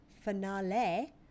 finale